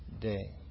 day